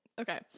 Okay